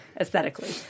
aesthetically